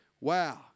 Wow